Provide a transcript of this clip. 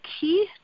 key